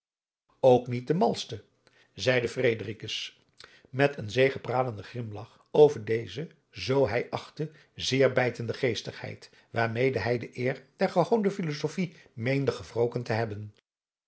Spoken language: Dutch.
ook niet de malschste zeide fredericus met een zegepralende grimlach over deze zoo hij het achtte zeer bijtende geestigheid waarmede hij de eer der gehoonde filosofie meende gewroken te hebben